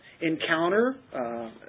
encounter